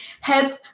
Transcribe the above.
help